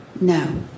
No